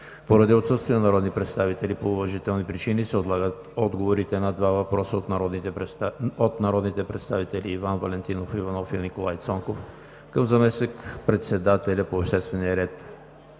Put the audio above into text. Поради отсъствие на народни представители по уважителни причини се отлагат отговорите на два въпроса от народните представители Иван Валентинов Иванов и Николай Цонков към заместник министър-председателя по обществения ред